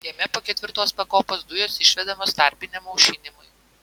jame po ketvirtos pakopos dujos išvedamos tarpiniam aušinimui